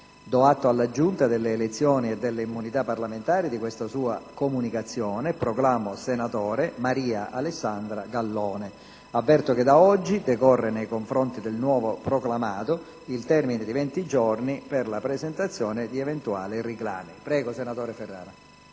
Do atto alla Giunta delle elezioni e delle immunità parlamentari di questa sua comunicazione e proclamo senatrice Maria Alessandra Gallone. Avverto che da oggi decorre, nei confronti del nuovo proclamato, il termine di venti giorni per la presentazione di eventuali reclami. **Ripresa della